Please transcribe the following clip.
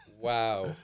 Wow